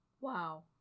Wow